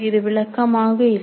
இது விளக்கமாக இல்லை